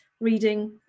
reading